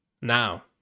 Now